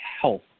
health